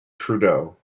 trudeau